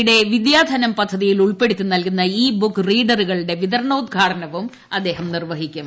യുടെ വിദ്യാധനം പദ്ധ തിയിൽ ഉൾപ്പെടുത്തി നൽകുന്ന ഇ ബുക്ക് റീഡറുകളുടെ വിതരണോദ്ഘാടനവും അദ്ദേഹം നിർവ്വഹിക്കും